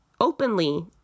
openly